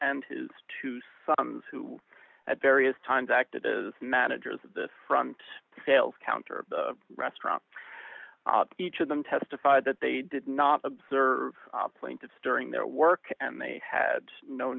and his two sons who at various times acted as managers of the front sales counter of the restaurant each of them testified that they did not observe plaintiff during their work and they had no